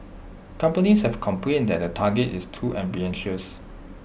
companies have complained that the target is too ambitious